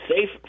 safe